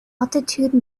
altitude